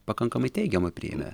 pakankamai teigiamai priėmė